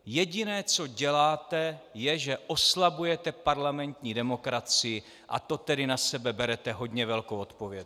Jediné, co děláte, je, že oslabujete parlamentní demokracii, a to tedy na sebe berete hodně velkou odpovědnost.